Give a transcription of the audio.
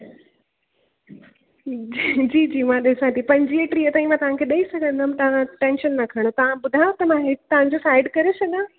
जी जी मां ॾिसां थी पंजवीह टीह ताईं मां तव्हांखे ॾेई सघंदमि तव्हां टैंशन न खणो तव्हां ॿुधायो त मां हिकु तव्हांजो साइड करे छॾियां